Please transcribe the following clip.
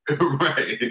Right